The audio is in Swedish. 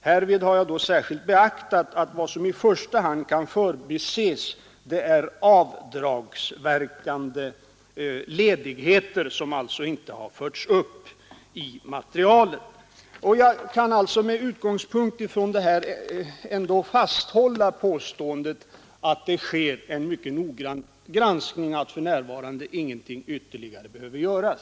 Härvid har jag då särskilt beaktat att vad som i första hand kan förbises är avdragsverkande ledigheter som inte har förts upp i materialet. Jag kan alltså med utgångspunkt i vad jag nu sagt ändå fasthålla påståendet att det sker en mycket noggrann granskning av pensionsunderlaget och att för närvarande ingenting ytterligare behöver göras.